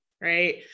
right